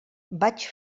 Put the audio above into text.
vaig